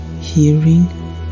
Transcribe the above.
hearing